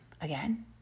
again